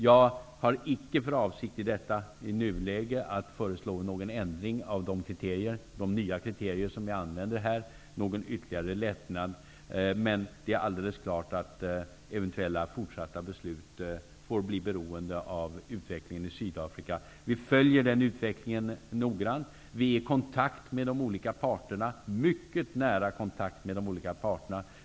Jag har icke för avsikt att i nuläget föreslå någon ändring, någon ytterligare lättnad, av de nya kriterier vi använder. Men det är alldeles klart att eventuella fortsatta beslut får bli beroende av utvecklingen i Sydafrika. Vi följer utvecklingen i Sydafrika noggrant. Vi har mycket nära kontakter med de olika parterna.